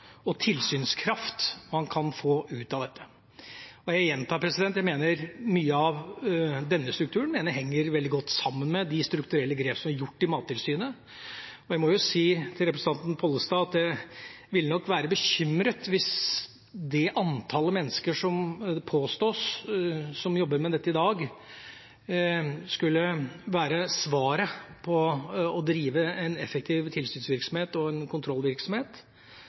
og tilsynskraft man kan få ut av dette. Jeg gjentar: Mye av denne strukturen mener jeg henger veldig godt sammen med de strukturelle grepene som er gjort i Mattilsynet. Men jeg må si til representanten Pollestad at jeg ville nok være bekymret hvis det antallet mennesker som det påstås jobber med dette i dag, skulle være svaret på å drive en effektiv tilsynsvirksomhet og kontrollvirksomhet.